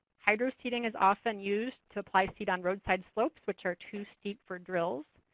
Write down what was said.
hydro-seeding is often used to apply seed on roadside slopes which are too steep for drills.